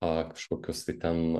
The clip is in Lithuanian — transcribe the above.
a kažkokius tai ten